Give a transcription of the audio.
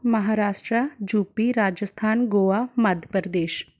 Maharashtra U P Rajasthan Goa Madhya Pradesh